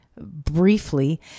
briefly